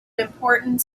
important